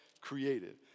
created